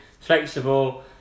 Flexible